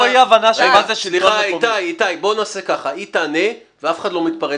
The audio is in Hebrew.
בואו נשמע את ענת.